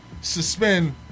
suspend